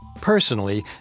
Personally